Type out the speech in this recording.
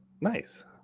Nice